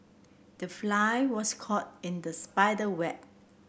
the fly was caught in the spider web